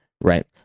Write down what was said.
right